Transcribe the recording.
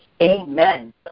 Amen